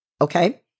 Okay